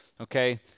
Okay